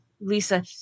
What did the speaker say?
Lisa